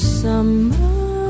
summer